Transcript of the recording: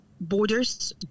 borders